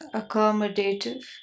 accommodative